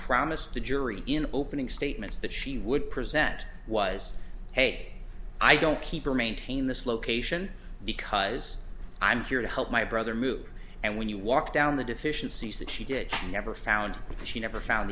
promised the jury in opening statements that she would present was hey i don't keep or maintain this location because i'm here to help my brother move and when you walk down the deficiencies that she did and never found because she never found